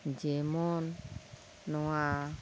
ᱡᱮᱢᱚᱱ ᱱᱚᱣᱟ